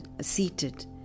seated